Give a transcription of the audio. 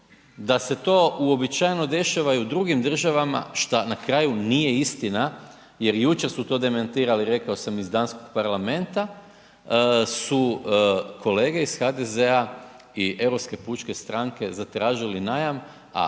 da se to uobičajeno dešava i u drugim državama, šta na kraju nije istina jer jučer su to demantirali, rekao sam, iz Danskog parlamenta, su kolege iz HDZ-a i Europske pučke stranke zatražili najam, a